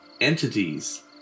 entities